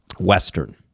Western